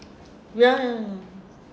ya ya